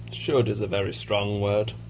should is a very strong word.